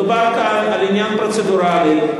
מדובר פה בעניין פרוצדורלי,